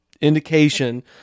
indication